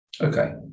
Okay